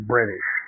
British